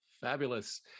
fabulous